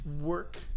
work